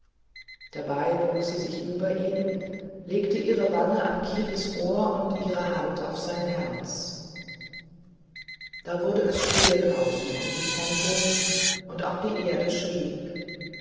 dabei bog sie sich über ihn legte ihre wange an kiris ohr und ihre hand auf sein herz da wurde es still draußen um die tempel und auch die erde schwieg